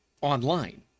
online